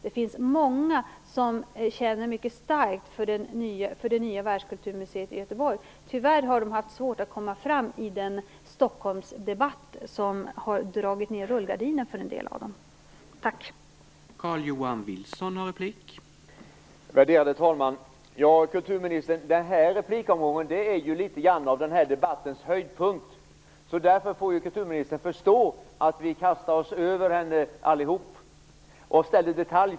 Det finns många som känner mycket starkt för det nya världskulturmuseet i Göteborg. Tyvärr har de haft svårt att komma fram i den Stockholmsdebatt som har dragit ned rullgardinen för en del av dem.